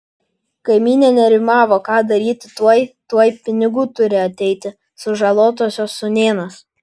kaimynė nerimavo ką daryti tuoj tuoj pinigų turi ateiti sužalotosios sūnėnas